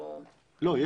למה מקשה?